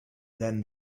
than